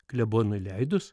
klebonui leidus